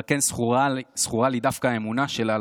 אבל כן זכורה לי דווקא האמונה שלה.